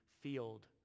field